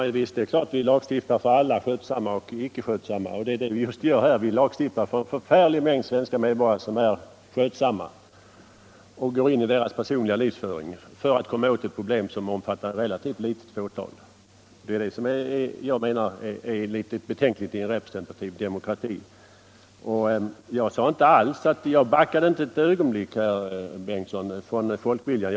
Herr talman! Det är klart att vi lagstiftar för alla, skötsamma och icke skötsamma. Det är just det vi gör här. Vi lagstiftar för en stor mängd skötsamma medborgare och går in i deras personliga livsföring för att komma åt ett problem som omfattar ett relativt litet fåtal. Det är detta som jag anser vara betänkligt i en representativ demokrati. Jag backade inte ett ögonblick från folkviljan, herr Bengtson.